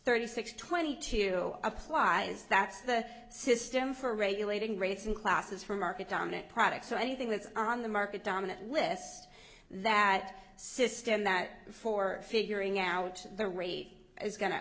thirty six twenty two applies that's the system for regulating rates and classes for market dominant products so anything that's on the market dominant list that system that before figuring out the rate is going to